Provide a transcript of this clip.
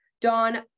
Dawn